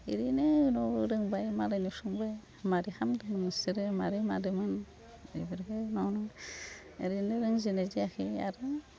ओरैनो न'वाव रोंबाय मालायनाव सोंबाय माबोरै खालामगोन बिसोरो माबोरै मादोंमोन बेफोरखौ बेयावनो ओरैनो रोंजेन्नाय जायाखै आरो